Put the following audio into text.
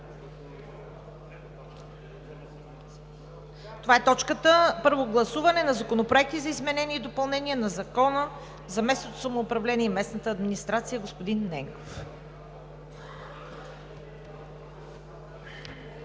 като точка пета – Първо гласуване на Законопроекта за изменение и допълнение на Закона за местното самоуправление и местната администрация. Моля, режим